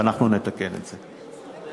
ואנחנו נתקן את זה.